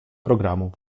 programu